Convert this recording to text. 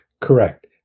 Correct